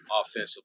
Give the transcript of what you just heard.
offensively